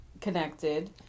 connected